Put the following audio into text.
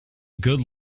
good